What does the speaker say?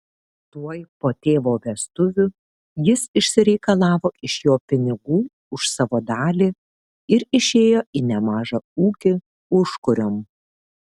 tuoj po tėvo vestuvių jis išsireikalavo iš jo pinigų už savo dalį ir išėjo į nemažą ūkį užkuriom